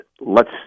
lets